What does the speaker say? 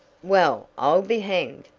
well, i'll be hanged!